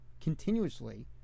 continuously